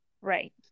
Right